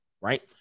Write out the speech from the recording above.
right